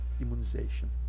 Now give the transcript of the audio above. immunization